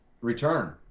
return